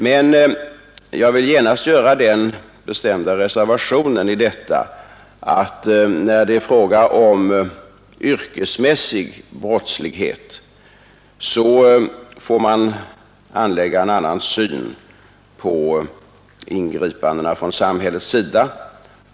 Men jag vill genast göra den bestämda reservationen att när det gäller yrkesmässig brottslighet får en annan syn anläggas på ingripanden från samhällets sida.